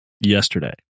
yesterday